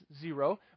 zero